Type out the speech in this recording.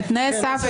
לאיזו שהיא דרך של